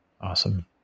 Awesome